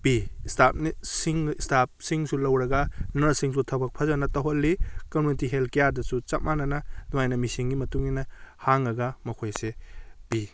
ꯄꯤ staff ꯏꯁꯇꯥꯐꯁꯤꯡꯁꯨ ꯂꯧꯔꯒ nurse ꯁꯤꯡꯁꯨ ꯊꯕꯛ ꯐꯖꯅ ꯇꯧꯍꯜꯂꯤ ꯀꯝꯃ꯭ꯌꯨꯅꯤꯇꯤ ꯍꯦꯜꯊ ꯀꯤꯌꯥꯔꯗꯁꯨ ꯆꯞ ꯃꯥꯅꯅ ꯑꯗꯨꯃꯥꯏꯅ ꯃꯤꯁꯤꯡꯒꯤ ꯃꯇꯨꯡ ꯏꯟꯅ ꯍꯥꯡꯂꯒ ꯃꯈꯣꯏꯁꯦ ꯄꯤ